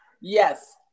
yes